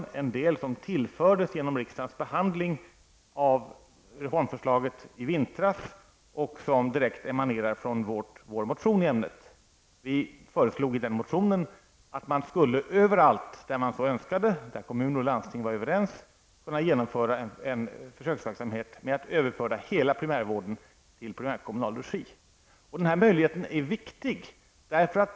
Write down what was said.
Det är en del som tillfördes genom riksdagens behandling av reformförslaget i vintras och som direkt emanerar från vår motion i ämnet. Vi föreslog i vår motion att man överallt där man så önskade och kommuner och landsting var överens skulle kunna genomföra en försöksverksamhet och överföra hela primärvården i primärkommunal regi. Denna möjlighet är viktig.